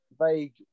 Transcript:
vague